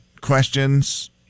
questions